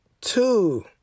two